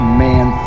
man